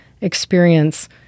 experience